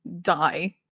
die